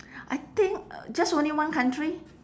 I think uh just only one country